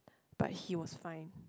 but he was fine